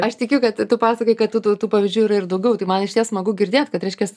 aš tikiu kad tu pasakojai kad tų tų tų pavyzdžių ir ir daugiau taip man išties smagu girdėt kad reiškias